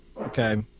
Okay